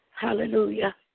Hallelujah